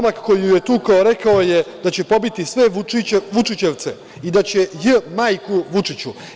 Momak koji ju je tukao rekao je da će pobiti sve „vučićevce“ i da će „ j… majku Vučiću“